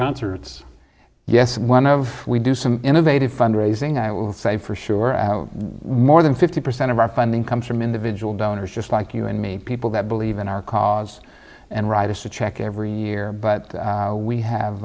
concerts yes one of we do some innovative funded thing i will say for sure one in fifty percent of our funding comes from individual donors just like you and me people that believe in our cause and write a check every year but we have